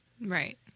Right